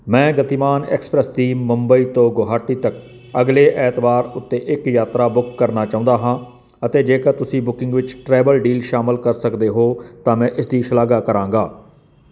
ਮੈਂ ਗਤੀਮਾਨ ਐਕਸਪ੍ਰੈਸ ਦੀ ਮੁੰਬਈ ਤੋਂ ਗੁਹਾਟੀ ਤੱਕ ਅਗਲੇ ਐਤਵਾਰ ਉੱਤੇ ਇੱਕ ਯਾਤਰਾ ਬੁੱਕ ਕਰਨਾ ਚਾਹੁੰਦਾ ਹਾਂ ਅਤੇ ਜੇਕਰ ਤੁਸੀਂ ਬੁਕਿੰਗ ਵਿੱਚ ਟਰੈਵਲ ਡੀਲ ਸ਼ਾਮਲ ਕਰ ਸਕਦੇ ਹੋ ਤਾਂ ਮੈਂ ਇਸ ਦੀ ਸ਼ਲਾਘਾ ਕਰਾਂਗਾ